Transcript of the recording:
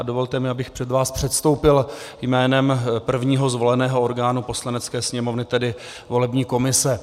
Dovolte mi, abych před vás předstoupil jménem prvního zvoleného orgánu Poslanecké sněmovny, tedy volební komise.